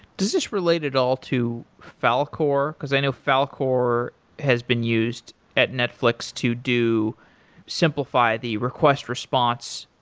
does this relate at all to falcor? because i know falcor has been used at netflix to do simplify the request response,